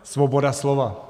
Svoboda slova.